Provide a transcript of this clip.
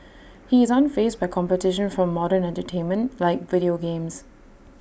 he is unfazed by competition from modern entertainment like video games